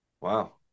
Wow